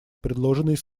предложенный